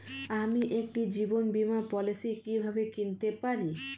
আমি একটি জীবন বীমা পলিসি কিভাবে কিনতে পারি?